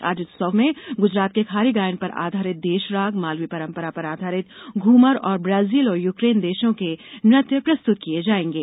आज इस उत्सव में गुजरात के खारी गायन पर आधारित देशराग मालवी परंपरा पर आधारित घुमर और ब्राजील और यूकेन देशों के नृत्य प्रस्तुत किये जायेंगे